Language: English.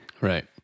Right